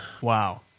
Wow